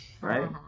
right